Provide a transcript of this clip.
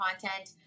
content